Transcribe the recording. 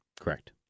Correct